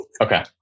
Okay